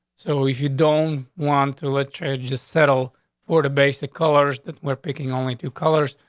so if you don't want to literally just settle for the basic colors that were picking only two colors.